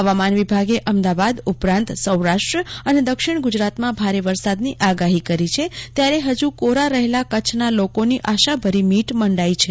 હવામાન વિભાગે અમદાવાદ ઉપરાંત સૌરાષ્ટ્ર અને દક્ષિણ ગુજરાતમાં ભારે વરસાદની આગાહીકરી છે ત્યારે હજુ કોરા રહેલા કચ્છના લોકોની આશાભરી મીટ મંડાઈ છે